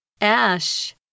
Ash